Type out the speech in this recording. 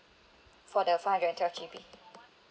for the five hundred and twelve G_B